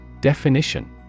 Definition